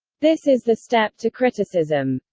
this is the step to criticism.